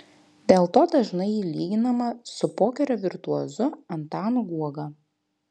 dėl to dažnai ji lyginama su pokerio virtuozu antanu guoga